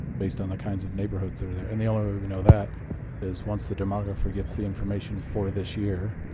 based on the kinds of neighborhoods that are there. and the only way we know that is once the demographer gets the information for this year,